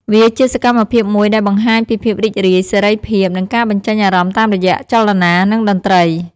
វាជាសកម្មភាពមួយដែលបង្ហាញពីភាពរីករាយ សេរីភាព និងការបញ្ជេញអារម្មណ៍តាមរយៈចលនា និងតន្ត្រី។